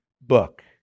book